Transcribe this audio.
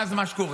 ואז מה שקורה,